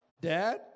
Dad